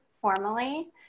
formally